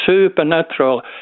supernatural